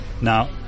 Now